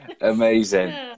Amazing